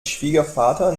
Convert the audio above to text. schwiegervater